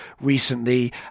recently